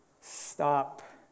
stop